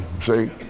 See